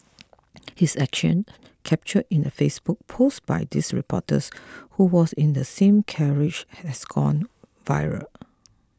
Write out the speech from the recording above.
his action captured in a Facebook post by this reporters who was in the same carriage has gone viral